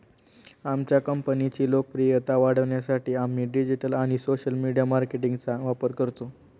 आमच्या कंपनीची लोकप्रियता वाढवण्यासाठी आम्ही डिजिटल आणि सोशल मीडिया मार्केटिंगचा वापर करतो